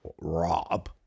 Rob